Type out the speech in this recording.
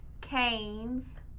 Canes